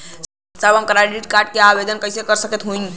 साहब हम credit card क आवेदन कइसे कर सकत हई?